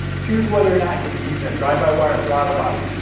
chose whether or not you'll be using a drive-by-wire throttle body,